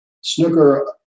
Snooker